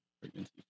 Pregnancy